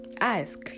ask